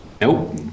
Nope